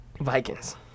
vikings